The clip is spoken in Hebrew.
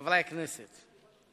חבר הכנסת יואל חסון.